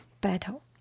battle